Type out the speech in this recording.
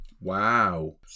Wow